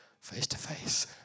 face-to-face